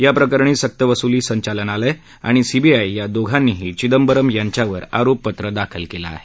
याप्रकरणी सक्तवसुली संचालनालय आणि सीबीआय या दोघांनीही चिदंबरम यांच्यावर आरोपपत्र दाखल केलं आहे